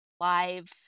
live